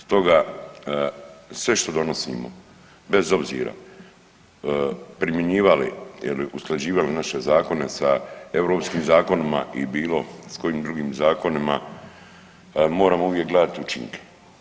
Stoga sve što donosimo, bez obzira primjenjivali ili usklađivali naše zakone sa europskim zakonima i bilo s kojim drugim zakonima, moram uvijek gledati učinke.